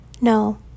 no